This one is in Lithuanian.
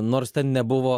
nors ten nebuvo